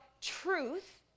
truth